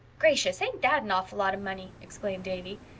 gracious, ain't that an awful lot of money, exclaimed davy.